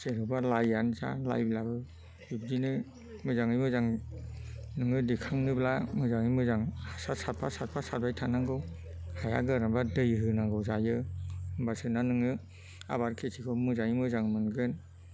जेनेबा लाइआनो जा लाइआव बिब्दिनो मोजाङै मोजां नोङो दिखांनोब्ला मोजाङै मोजां हासार सारफा सारफा सारबाय थानांगौ हाया गोरानबा दै होनांगौ जायो होमबासो ना नोङो आबाद खेथिखौ मोजाङै मोजां मोनगोन